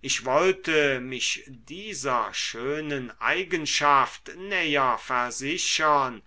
ich wollte mich dieser schönen eigenschaft näher versichern